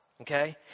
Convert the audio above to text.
Okay